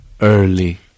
early